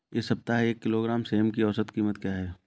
इस सप्ताह एक किलोग्राम सेम की औसत कीमत क्या है?